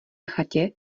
chatě